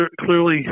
clearly